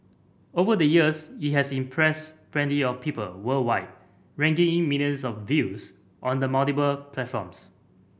over the years it has impressed plenty of people worldwide raking in millions of views on the multiple platforms